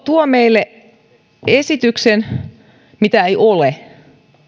tuo meille esityksen mitä ei ole